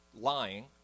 lying